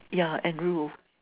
yeah and grew